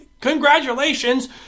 congratulations